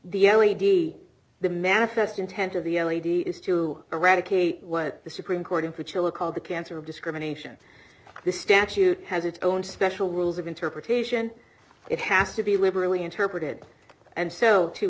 the l a p d the manifest intent of the l a p d is to eradicate what the supreme court for chiller called the cancer of discrimination the statute has its own special rules of interpretation it has to be liberally interpreted and so to